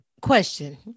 question